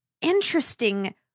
interesting